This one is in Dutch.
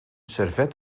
servet